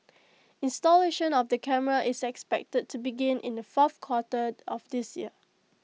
installation of the cameras is expected to begin in the fourth quarter of this year